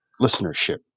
listenership